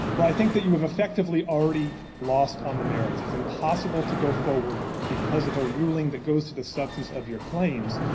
well, i think that you have effectively already lost on the merits. it's impossible to go forward because of a ruling that goes to the substance of your claims.